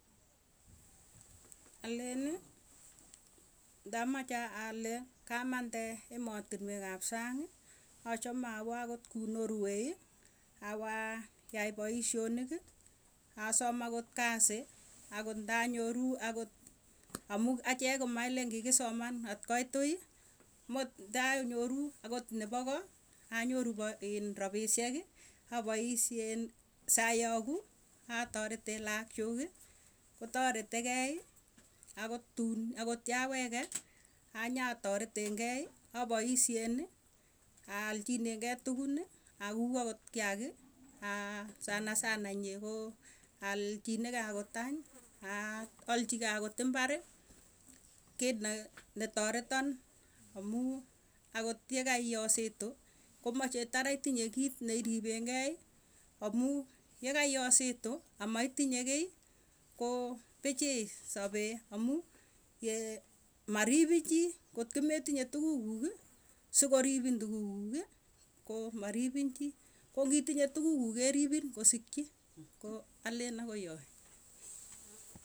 Alen ndamache ale kamande emotinwek ap sang'ii, achamee awoo akot kuu norway awayai paisyonikikii, asom akot kasii akot nda nyoruu amuu achee komailen kikisoman kotkoitwui mot nda nyoruu akot nepo koo anyoru po inn rapisyekii apoisyen. Sayaguu atareten laak chuukii akot tuun agot ya wege anyotoretengei apoisyenii alchigei tugunii auguuk akot kiakii. Sanasana inyee koo alchinegee akot tany aa alchigei akot imbarii kii netoroton amuu akot yekaiositu komache tara itinye kiit neiripengei amuu yekaiosituu amaitinye kiiy koo pichiiy sapee amuu yee, maripin chii kotkometinye tukukuuki si koripin tukukuuki koo maripin chii koo ngitinye tukukuukii keri[pin kosikchi koo akoi yoe.